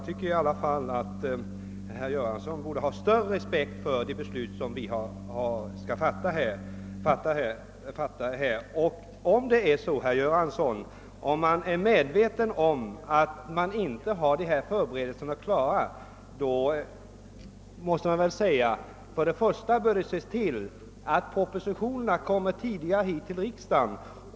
Herr Göransson borde ha större respekt för riksdagens beslut. För att få förberedelserna klara i tid bör man i fortsättningen se till att propositionerna kommer tidigare till riksdagen.